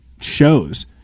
shows